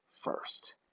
first